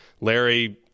Larry